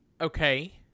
Okay